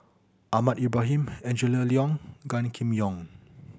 Ahmad Ibrahim Angela Liong Gan Kim Yong